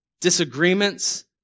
disagreements